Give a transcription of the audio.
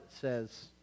says